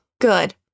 Good